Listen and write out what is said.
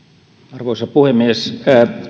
arvoisa puhemies